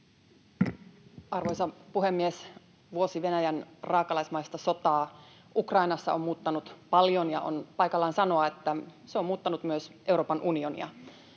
Arvoisa puhemies! Vuosi Venäjän raakalaismaista sotaa Ukrainassa on muuttanut paljon, ja on paikallaan sanoa, että se on muuttanut myös Euroopan unionia.